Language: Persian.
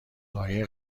قایق